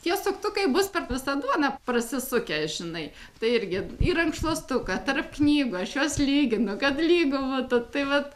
tie suktukai bus per visą duoną prasisukę žinai tai irgi į rankšluostuką tarp knygų aš juos lyginu kad lygu būtų tai vat